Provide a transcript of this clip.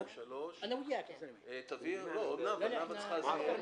) אני מחדש את הישיבה.